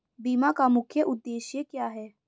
बीमा का मुख्य उद्देश्य क्या है?